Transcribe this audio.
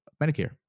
Medicare